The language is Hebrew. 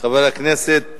חבר הכנסת